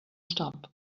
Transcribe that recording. stop